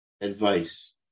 advice